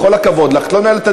בכל הכבוד לך,